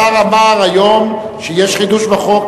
השר אמר היום שיש חידוש בחוק,